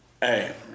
Hey